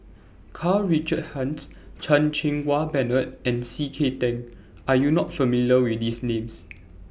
Karl Richard Hanitsch Chan Cheng Wah Bernard and C K Tang Are YOU not familiar with These Names